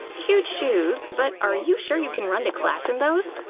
cute shoes, but are you sure you can run to class in those?